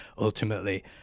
Ultimately